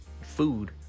food